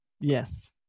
Yes